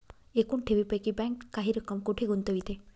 एकूण ठेवींपैकी बँक काही रक्कम कुठे गुंतविते?